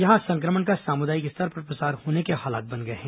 यहां संक्रमण का सामुदायिक स्तर पर प्रसार होने के हालात बन गए हैं